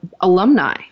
alumni